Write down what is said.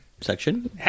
section